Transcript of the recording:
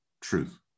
truth